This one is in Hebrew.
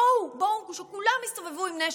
בואו, בואו, שכולם יסתובבו עם נשק.